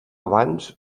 abans